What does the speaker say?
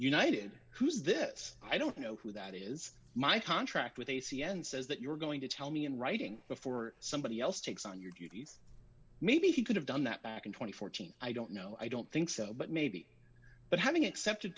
united who's this i don't know who that is my contract with a c n n says that you're going to tell me in writing before somebody else takes on your duties maybe he could have done that back in two thousand and fourteen i don't know i don't think so but maybe but having accepted